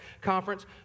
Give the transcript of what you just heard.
conference